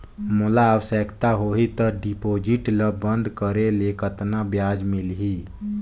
मोला आवश्यकता होही त डिपॉजिट ल बंद करे ले कतना ब्याज मिलही?